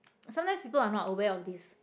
sometimes people are not aware of this